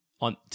on